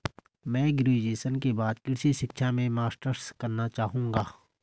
मैं ग्रेजुएशन के बाद कृषि शिक्षा में मास्टर्स करना चाहूंगा